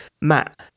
Matt